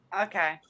Okay